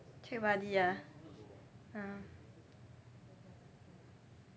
chat buddy ah mm